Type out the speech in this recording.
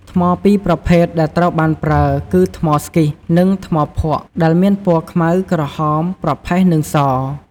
ថ្មពីរប្រភេទដែលត្រូវបានប្រើគឺថ្មស្គីស (schist) និងថ្មភក់ ដែលមានពណ៌ខ្មៅ ក្រហម ប្រផេះ និងស។